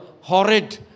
horrid